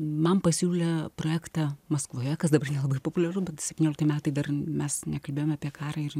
man pasiūlė projektą maskvoje kas dabar nelabai populiaru bet septyniolikti metai dar mes nekalbėjome apie karą ir